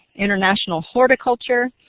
international horticulture,